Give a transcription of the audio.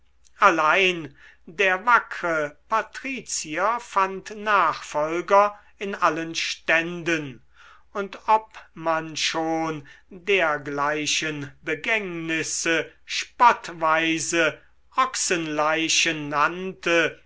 allein der wackre patrizier fand nachfolger in allen ständen und ob man schon dergleichen begängnisse spottweise ochsenleichen nannte